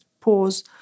pause